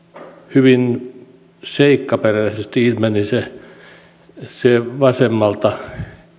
hyvin seikkaperäisesti ilmeni se vasemmalta